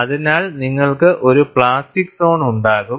അതിനാൽ നിങ്ങൾക്ക് ഒരു പ്ലാസ്റ്റിക് സോൺ ഉണ്ടാകും